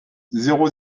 zéro